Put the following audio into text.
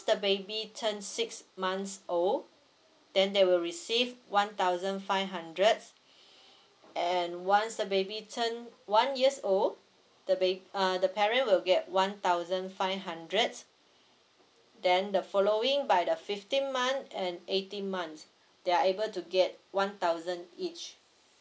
the baby turn six months old then they will receive one thousand five hundred and once the baby turn one years old the ba~ uh the parent will get one thousand five hundred then the following by the fifteen month and eighteen month they are able to get one thousand each